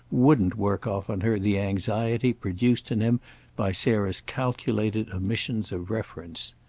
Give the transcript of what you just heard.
wouldn't work off on her the anxiety produced in him by sarah's calculated omissions of reference.